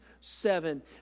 seven